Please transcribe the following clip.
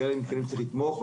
בכאלה מתקנים צריך לתמוך.